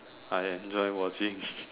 I enjoy watching